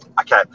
Okay